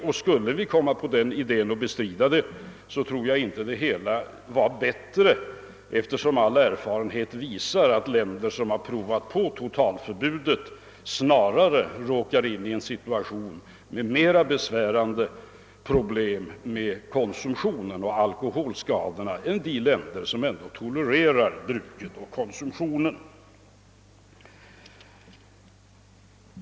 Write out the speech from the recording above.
Och skulle vi komma på idén att bestrida det tror jag inte läget skulle bli bättre, eftersom all erfarenhet visar att länder som prövat totalförbudet snarare råkat in i en situation med mer be .svärande problem när det gäller kon .sumtionen och alkoholskadorna än de länder som tolererar bruket och konsumtionen.